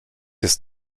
jest